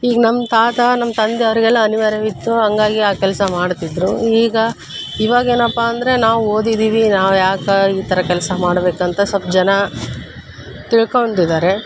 ಈಗ ನಮ್ಮ ತಾತ ನಮ್ಮ ತಂದೆ ಅವರಿಗೆಲ್ಲ ಅನಿವಾರ್ಯವಿತ್ತು ಹಾಗಾಗಿ ಆ ಕೆಲಸ ಮಾಡುತ್ತಿದ್ರು ಈಗ ಇವಾಗ ಏನಪ್ಪ ಅಂದರೆ ನಾವು ಓದಿದ್ದೀವಿ ನಾವು ಯಾಕೆ ಈ ಥರ ಕೆಲಸ ಮಾಡಬೇಕಂತ ಸ್ವಲ್ಪ್ ಜನ ತಿಳ್ಕೊಂಡಿದ್ದಾರೆ